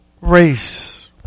race